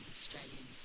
Australian